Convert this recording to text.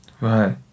Right